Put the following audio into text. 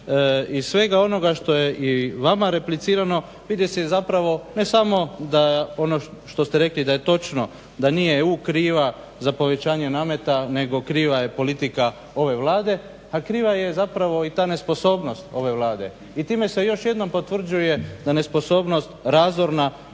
iz svega onoga što je i vama replicirano vidi se i zapravo ne samo da ono što ste rekli da je točno da nije EU kriva za povećanje nameta nego kriva je politika ove Vlade, a kriva je zapravo i ta nesposobnost ove Vlade i time se još jednom potvrđuje da nesposobnost razorna